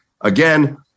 Again